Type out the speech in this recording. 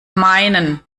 meinen